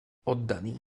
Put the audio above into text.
oddaný